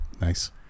nice